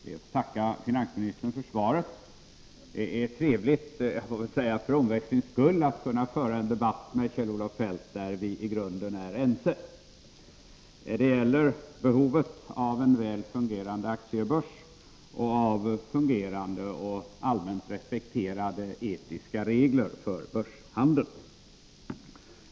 Herr talman! Jag ber att få tacka finansministern för svaret. Det är trevligt att — jag får väl säga för omväxlings skull — kunna föra en debatt med Kjell-Olof Feldt där vi är i grunden ense. Det gäller behovet av en väl fungerande aktiebörs och av fungerande och allmänt respekterade etiska regler för börshandeln.